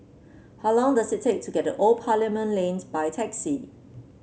how long does it take to get to Old Parliament Lane by taxi